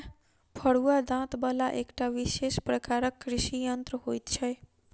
फरूआ दाँत बला एकटा विशेष प्रकारक कृषि यंत्र होइत छै